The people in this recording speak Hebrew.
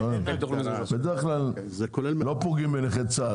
בדרך כלל לא פוגעים בנכי צה"ל.